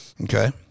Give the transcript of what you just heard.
okay